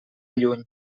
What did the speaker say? lluny